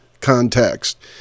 context